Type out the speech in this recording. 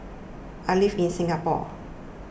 I live in Singapore